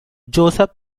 joseph